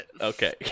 Okay